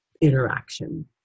interaction